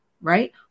right